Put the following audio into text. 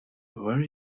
very